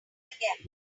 again